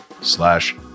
slash